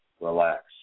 relax